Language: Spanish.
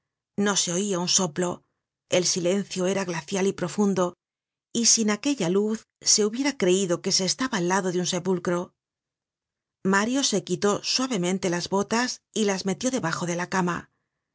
no se oia un soplo el silencio era glacial y prufundo y sin aquella luz se hubiera creido que se estaba al lado de un sepulcro content from google book search generated at mario se quitó suavemente las botas y las metió debajo de la cama